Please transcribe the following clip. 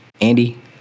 Andy